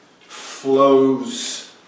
flows